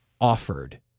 offered